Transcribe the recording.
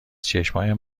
چشمهایم